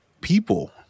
people